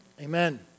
Amen